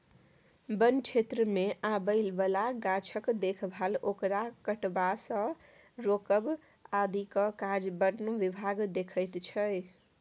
बन क्षेत्रमे आबय बला गाछक देखभाल ओकरा कटबासँ रोकब आदिक काज बन विभाग देखैत छै